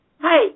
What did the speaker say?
Hey